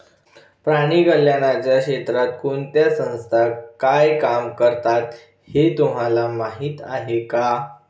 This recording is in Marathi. प्राणी कल्याणाच्या क्षेत्रात कोणत्या संस्था काय काम करतात हे तुम्हाला माहीत आहे का?